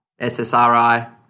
SSRI